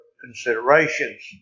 considerations